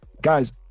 guys